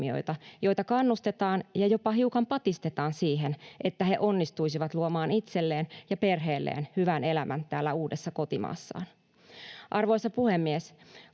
joita kannustetaan ja jopa hiukan patistetaan siihen, että he onnistuisivat luomaan itselleen ja perheelleen hyvän elämän täällä uudessa kotimaassaan. Arvoisa puhemies!